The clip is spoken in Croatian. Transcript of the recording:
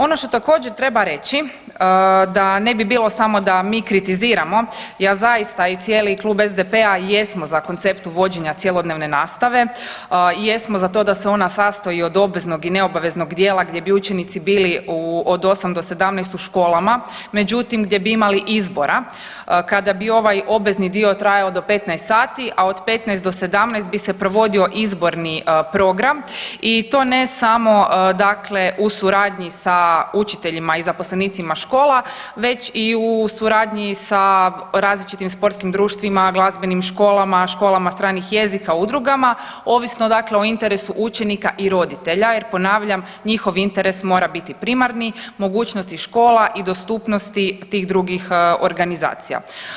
Ono što također treba reći da ne bi bilo samo da mi kritiziramo, ja zaista i cijeli Klub SDP-a jesmo za koncept uvođenja cjelodnevne nastave, jesmo za to da se ona sastoji od obveznog i neobaveznog dijela gdje bi učenici bili od 8 do 17 u školama, međutim gdje bi imali izbora, kada bi ovaj obvezni dio trajao do 15 sati, a od 15 do 17 bi se provodio izborni program i to ne samo dakle u suradnji sa učiteljima i zaposlenicima škola već i u suradnji sa različitim sportskim društvima, glazbenim školama, školama stranih jezika, udrugama, ovisno dakle o interesu učenika i roditelja jer ponavljam njihov interes mora biti primarni, mogućnosti škola i dostupnosti tih drugih organizacija.